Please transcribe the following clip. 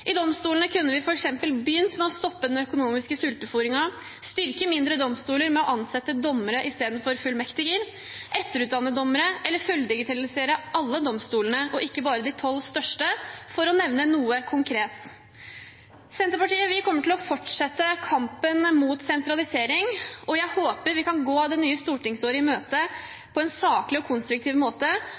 I domstolene kunne vi f.eks. begynt med å stoppe den økonomiske sultefôringen, styrke mindre domstoler ved å ansette dommere i stedet for fullmektiger, etterutdanne dommere eller å fulldigitalisere alle domstolene, ikke bare de tolv største, for å nevne noe konkret. Vi i Senterpartiet kommer til å fortsette kampen mot sentralisering, og jeg håper vi kan gå det nye stortingsåret i møte på en saklig og konstruktiv måte,